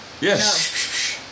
Yes